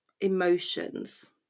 emotions